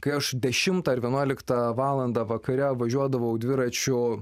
kai aš dešimtą ar vienuoliktą valandą vakare važiuodavau dviračiu